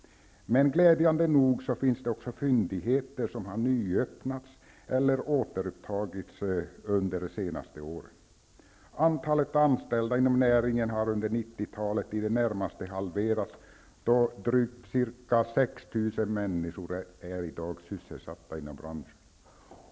Men glädjande nog finns det också fyndigheter som har nyöppnats eller återupptagits under de senaste åren. talet i det närmaste halverats då i dag drygt ca 6 000 människor är sysselsatta inom branschen.